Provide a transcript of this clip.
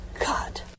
God